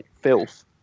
filth